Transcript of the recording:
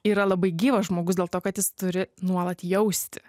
yra labai gyvas žmogus dėl to kad jis turi nuolat jausti